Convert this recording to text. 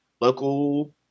local